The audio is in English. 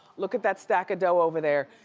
look at that stack of dough over there.